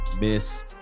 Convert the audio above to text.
miss